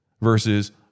versus